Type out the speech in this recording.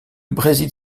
brésil